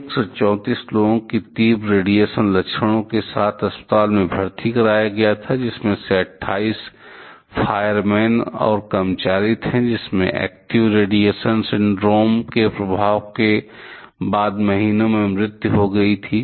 134 लोगों को तीव्र रेडिएशन लक्षणों के साथ अस्पताल में भर्ती कराया गया था जिनमें से 28 में फायरमैन और कर्मचारी शामिल हैं जिनकी active radiation syndrome active radiation syndrome के प्रभाव के बाद के महीनों में मृत्यु हो गई थी